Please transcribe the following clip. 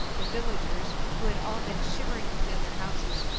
the villagers, who had all been shivering within their houses,